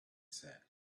said